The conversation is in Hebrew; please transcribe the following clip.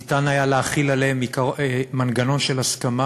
ניתן היה להחיל עליהן מנגנון של הסכמה